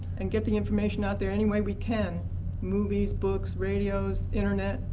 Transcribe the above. and get the information out there any way we can movies books, radios, internet,